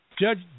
Judge